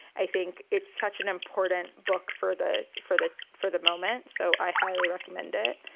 i think it's such an important book for the for the for the moment. so i highly recommend it.